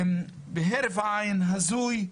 כהרף עין הזוי,